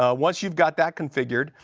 ah once you have got that configured,